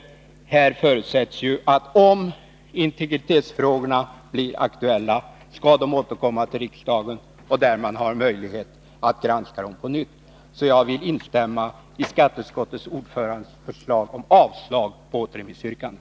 Här förutsätts ju att om integritetsfrågorna blir aktuella, skall de återkomma till riksdagen, där man har möjlighet att granska dem på nytt. Jag vill därför instämma i skatteutskottets ordförandes förslag om avslag på återremissyrkandet.